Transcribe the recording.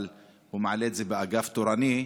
אבל הוא מעלה את זה באגף התורני.